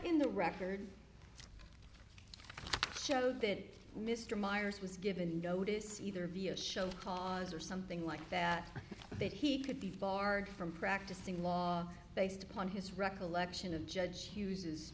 in the record show that mr meyers was given notice either via show cause or something like that that he could be barred from practicing law based upon his recollection of judge